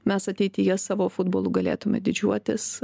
mes ateityje savo futbolu galėtume didžiuotis